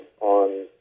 on